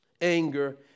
anger